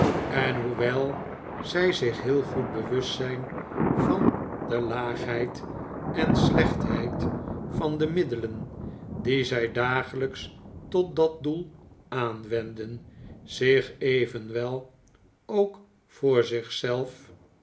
en hoewel zij zich heel goed bewust zijn van de laagheid en slechtheid van de middelen die zij dagelijks tot dat doel aanwenden zich evenwel ook voor